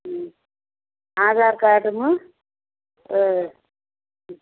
ம் ஆதார் கார்டும் ஆ ம்